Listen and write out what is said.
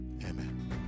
amen